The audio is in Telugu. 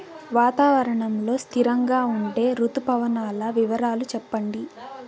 వాతావరణం లో స్థిరంగా ఉండే రుతు పవనాల వివరాలు చెప్పండి?